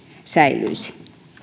säilyisi